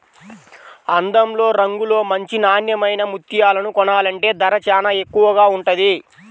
అందంలో, రంగులో మంచి నాన్నెమైన ముత్యాలను కొనాలంటే ధర చానా ఎక్కువగా ఉంటది